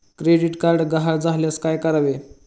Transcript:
Credit card गहाळ झाल्यास काय करावे?